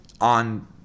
on